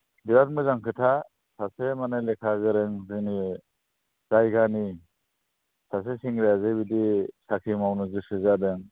बिराथ मोजां खोथा सासे माने लेखा गोरों जोंनो जायगानि सासे सेंग्रायादि बिदि साख्रि मावनो गोसो जादों